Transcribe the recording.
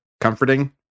comforting